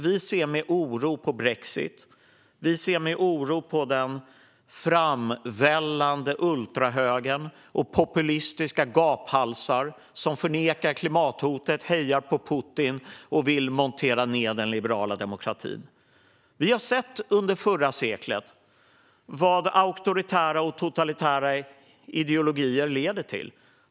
Vi ser med oro på brexit. Vi ser med oro på den framvällande ultrahögern och populistiska gaphalsar som förnekar klimathotet, hejar på Putin och vill montera ned den liberala demokratin. Vi såg under förra seklet vad auktoritära och totalitära ideologier leder till.